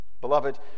Beloved